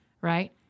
right